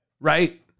Right